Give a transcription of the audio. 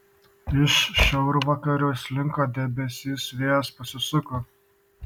iš šiaurvakarių slinko debesys vėjas pasisuko